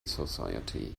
society